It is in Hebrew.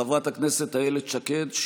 חברת הכנסת איילת שקד,